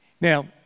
Now